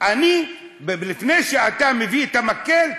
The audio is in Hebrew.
לפני שאתה מביא את המקל,